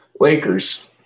Lakers